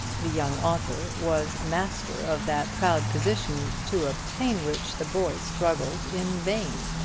the young author was master of that proud position to obtain which the boy struggled in vain.